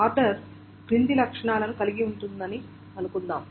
order క్రింది లక్షణాలను కలిగి ఉందని అనుకుందాం